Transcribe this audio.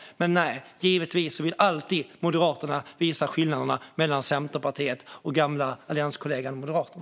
Men nej - givetvis vill alltid den gamla allianskollegan Moderaterna visa skillnaderna mellan Centerpartiet och Moderaterna.